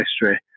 history